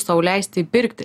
sau leist įpirkti